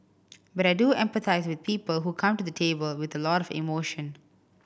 but I do empathise with people who come to the table with a lot of emotion